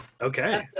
okay